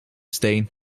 steen